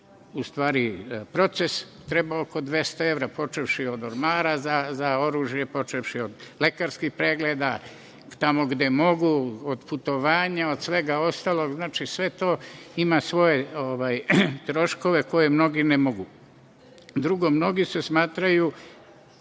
taj proces treba oko 200 evra, počevši od ormara za oružje, počevši od lekarskih pregleda, tamo gde mogu, od putovanja, od svega ostalog. Znači, sve to ima svoje troškove koji mnogi ne mogu. Drugo, mnogi se smatraju